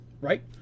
right